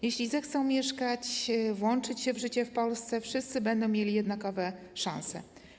Jeśli zechcą mieszkać, włączyć się w życie w Polsce, wszyscy będą mieli jednakowe szanse.